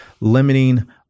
Limiting